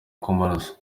kw’amaraso